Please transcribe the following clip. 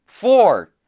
Four